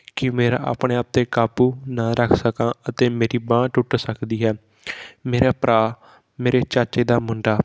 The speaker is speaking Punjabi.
ਕਿ ਮੇਰਾ ਆਪਣੇ ਆਪ 'ਤੇ ਕਾਬੂ ਨਾ ਰੱਖ ਸਕਾਂ ਅਤੇ ਮੇਰੀ ਬਾਂਹ ਟੁੱਟ ਸਕਦੀ ਹੈ ਮੇਰਾ ਭਰਾ ਮੇਰੇ ਚਾਚੇ ਦਾ ਮੁੰਡਾ